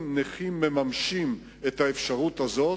נכים מממשים את האפשרות הזאת.